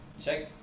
Check